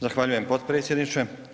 Zahvaljujem potpredsjedniče.